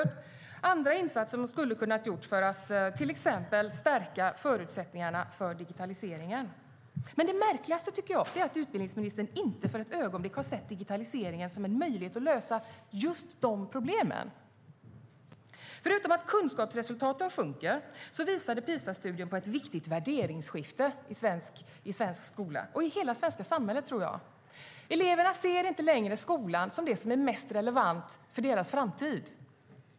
Det finns andra insatser som skulle ha kunnat göras för att till exempel stärka förutsättningarna för digitaliseringen. Det märkligaste tycker jag är att utbildningsministern inte för ett ögonblick har sett digitaliseringen som en möjlighet att lösa just dessa problem. Förutom att kunskapsresultaten sjunker visade PISA-studien på ett viktigt värderingsskifte i svensk skola - och i hela det svenska samhället, tror jag. Eleverna ser inte längre skolan som det som är mest relevant för deras framtid.